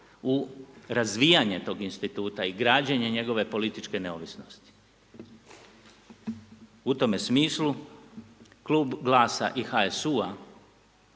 u razvijanje tog instituta i građanje njegove političke neovisnosti. U tome smislu Klub GLAS-a i HSU-a